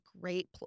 great